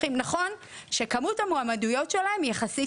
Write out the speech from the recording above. נכון שהיום לעולים מאחר וגם אין יעד,